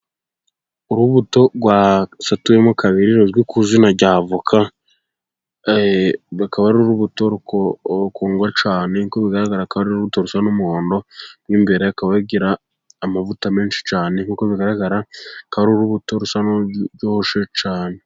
Urubuto rwasatuwemo kabiri, ruzwi ku izina rya voka, akaba ari urubuto rukundwa cyane, nk'uko bigaragara, akaba ari urubuto rusa n'umuhondo mo imbere, rukaba rugira amavuta menshi cyane, nk'uko bigaragara akaba ari urubuto rusa nk'ururyoshye cyane.